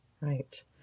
Right